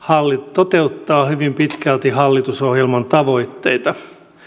toteuttaa hyvin pitkälti hallitusohjelman tavoitteita